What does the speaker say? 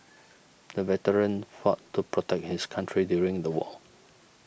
the veteran fought to protect his country during the war